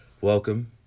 welcome